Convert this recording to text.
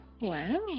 Wow